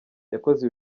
yakoze